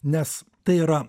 nes tai yra